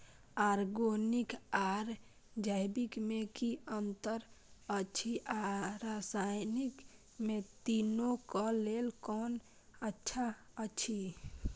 Organic आर जैविक में कि अंतर अछि व रसायनिक में तीनो क लेल कोन अच्छा अछि?